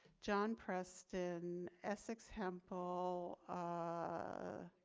john preston, essex hemphill. ah